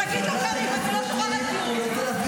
תגיד --- אני לא שוכחת כלום.